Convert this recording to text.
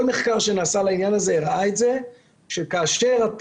כל מחקר שנעשה על העניין הזה הראה שכאשר אתה